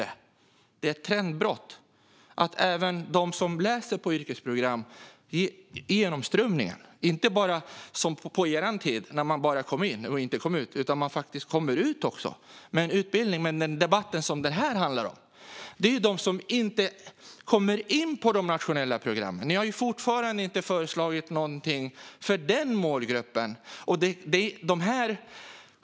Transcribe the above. Det är ett trendbrott i genomströmningen även för dem som läser på yrkesprogram. Det är inte som på er tid, då man bara kom in men inte ut. Nu kommer man faktiskt ut med en utbildning också. Men denna debatt handlar om dem som inte kommer in på de nationella programmen, och ni har fortfarande inte föreslagit något för den målgruppen.